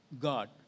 God